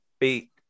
beat